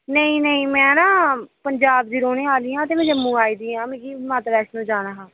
नेईं नेईं मैं ना पंजाब दी रौह्ने आह्ली आं ते मैं जम्मू आई दी मिगी माता वैष्णो जाना हा